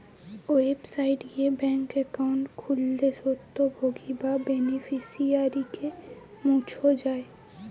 website গিয়ে bank account খুললে স্বত্বভোগী বা বেনিফিশিয়ারিকে মুছ যায়